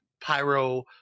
pyro